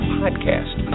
podcast